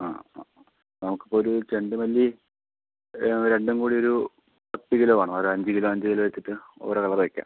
ആ ആ നമുക്ക് ഇപ്പോൾ ഒരു ചെണ്ടുമല്ലി രണ്ടും കൂടി ഒരു പത്ത് കിലോ വേണം ഒര് അഞ്ച് കിലോ അഞ്ച് കിലോ വെച്ചിട്ട് ഓരോ കവറിലാക്കി